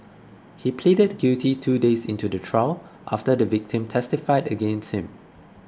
he pleaded guilty two days into the trial after the victim testified against him